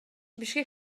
бишкек